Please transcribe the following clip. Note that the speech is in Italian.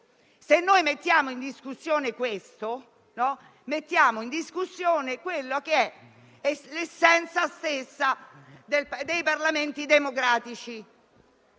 Se noi mettiamo in discussione questo, mettiamo in discussione l'essenza stessa dei Parlamenti democratici.